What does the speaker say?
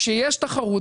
כשיש תחרות,